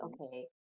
okay